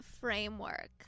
framework